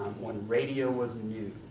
when radio was new.